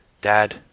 dad